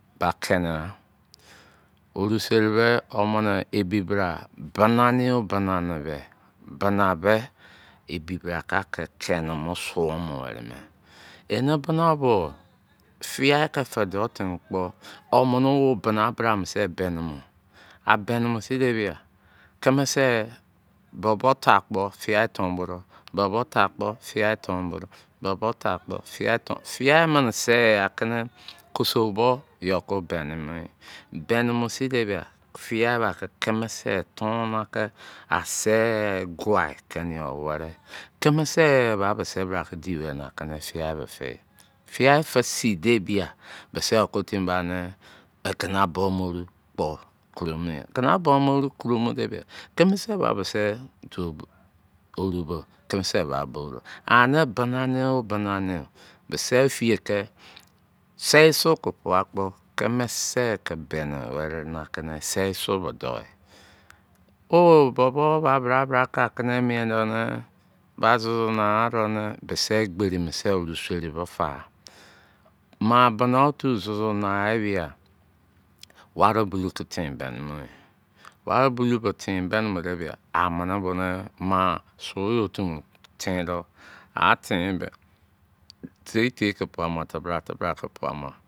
Ba kerigha oreseri be womini ebibi binani yo binini be bina be ebi bra kaki kani mo suo mo weri me eni bina bo fiyai ki fi dou timi kpo omini wo bina braase beru mo a beni mosin de bia bo bo ta kpo fiyai ton bo do bo bo ta kpo fiya ton bo do bo bi ta kpo fiyai ton bo do fiyai minise okosu obo yo ko beni mo sin debia fiyai ba ki kimise toni ki ase gwai keni yo weri kimise ba bisi bra ki di weri na fiyai be feyi fiyai fisin de bia bise yo ko timi bani egena bomo oru kpo koromo yi egena buomo oru koromo de bia kimise ba bisi oru be kimi se ba bouido ani binani yo bina ni yo bise efiyr ki see su ki puakpo kimise beni weri na ki ni see su be dou yi oh bobo ba bra ke miendo ne ba zozo naghadene bisi egberi mini oruseri bo fa maa bina da zozo nagohaa bia wari bulouu ki tin beni moyi wari bulou be tin beru mo debia amini boni maa su yi otu mo tin do. A a tinbo teiyi teiyi ki puamao?